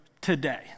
today